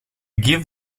give